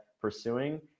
pursuing